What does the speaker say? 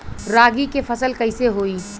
रागी के फसल कईसे होई?